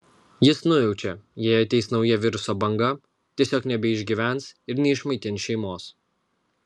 jis nujaučia jei ateis nauja viruso banga tiesiog nebeišgyvens ir neišmaitins šeimos